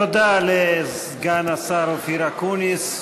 תודה לסגן השר אופיר אקוניס,